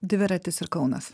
dviratis ir kaunas